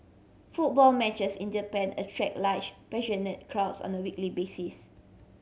football matches in Japan attract large passionate crowds on a weekly basis